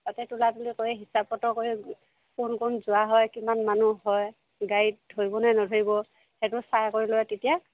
তাতে তুলা তুলি কৰি হিচাপ পত্ৰ কৰি কোন কোন যোৱা হয় কিমান মানুহ হয় গাড়ীত ধৰিবনে নধৰিব সেইটো চাই কৰি লৈ তেতিয়া